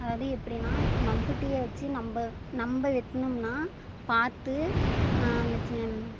அதாவது எப்படின்னா மம்புட்டியை வச்சி நம்ம நம்ம வெட்டினோம்ன்னா பார்த்து அந்த செ